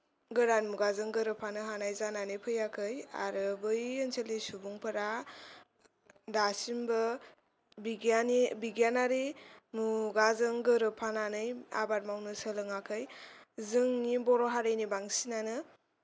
गोदान मुगाजों गोरोबफानो हानाय जानानै फैयाखै आरो बै ओनसोलनि सुबुंफोरा दासिमबो बिगियाननि बिगियानारि मुगाजों गोरोबफानानै आबाद मावनो सोलोङाखै जोंनि बर' हारिनि बांसिनानो